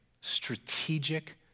strategic